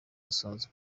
asanzwe